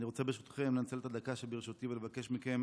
אני רוצה ברשותכם לנצל את הדקה שברשותי ולבקש מכם